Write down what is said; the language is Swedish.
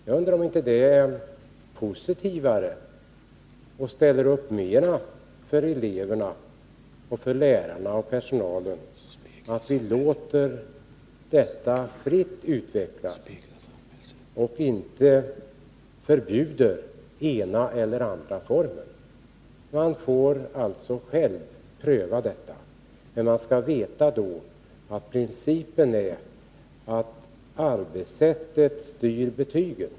Jag undrar om inte det är positivare, och ger mera för eleverna, lärarna och personalen, om vi låter detta utvecklas fritt, utan att vi förbjuder den ena eller den andra formen. Skolan får alltså själv pröva sig fram. Man skall ändå veta att principen är att arbetssättet styr betygen.